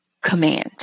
command